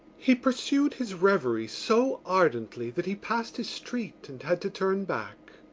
he pursued his revery so ardently that he passed his street and had to turn back.